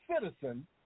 citizen